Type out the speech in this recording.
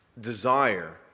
desire